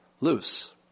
loose